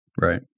right